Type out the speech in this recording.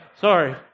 Sorry